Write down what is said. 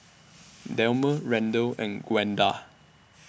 Delmer Randel and Gwenda